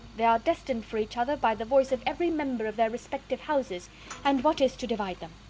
they are destined for each other by the voice of every member of their respective houses and what is to divide them?